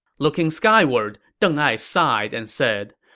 looking skyward, deng ai sighed and said,